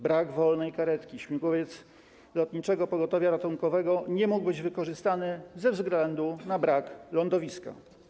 Brak wolnej karetki, śmigłowiec Lotniczego Pogotowia Ratunkowego nie mógł być wykorzystany ze względu na brak lądowiska.